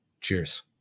cheers